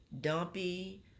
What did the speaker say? dumpy